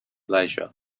leisure